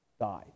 died